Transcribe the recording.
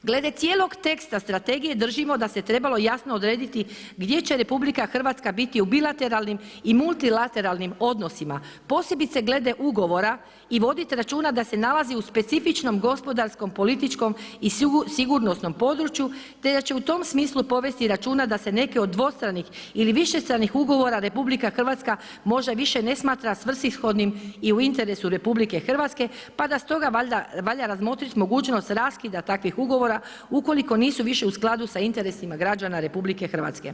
Glede cijelog teksta strategije, držimo da se trebalo jasno odrediti gdje će RH biti u bilateralnim i mutilateralnim odnosima, posebice glede ugovora i voditi računa da se nalazi u specifičnom gospodarskom, političkom i sigurnosnom području te da će u tom smislu povesti računa da se neke od dvostranih ili višestranih ugovora, RH možda više ne smatra svrsishodnim i u interesu RH, pa da stoga valja razmotriti raskida takvih ugovora ukoliko nisu više u skladu sa interesima građana RH.